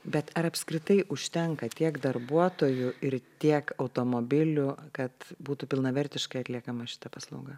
bet ar apskritai užtenka tiek darbuotojų ir tiek automobilių kad būtų pilnavertiškai atliekama šita paslauga